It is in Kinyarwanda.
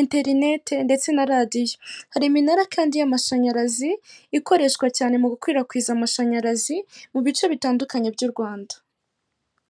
interineti ndetse na radiyo, hari iminara kandi y'amashanyarazi ikoreshwa cyane mu gukwirakwiza amashanyarazi mu bice bitandukanye by'u Rwanda.